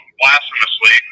blasphemously